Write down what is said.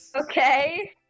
Okay